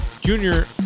junior